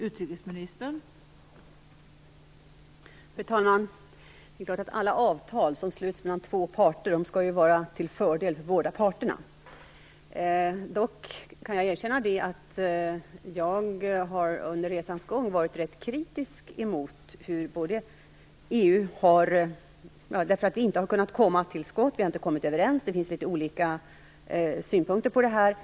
Fru talman! Alla avtal som sluts mellan två parter skall vara till fördel för båda parterna. Dock kan jag erkänna att jag under resans gång varit rätt kritisk därför att EU inte kunnat komma till skott. Vi har inte kunnat komma överens. Det finns litet olika synpunkter på detta.